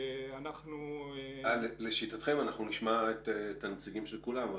אנחנו נשמע את הנציגים של כולם,